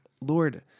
Lord